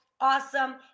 Awesome